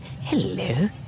Hello